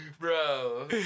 bro